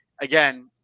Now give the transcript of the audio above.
again